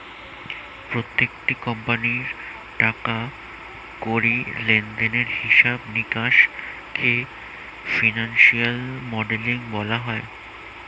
প্রত্যেকটি কোম্পানির টাকা কড়ি লেনদেনের হিসাব নিকাশকে ফিনান্সিয়াল মডেলিং বলা হয়